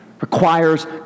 requires